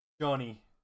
Johnny